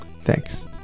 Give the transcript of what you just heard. thanks